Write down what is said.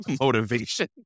motivation